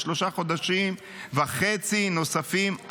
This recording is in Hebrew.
בשלושה חודשים וחצי נוספים,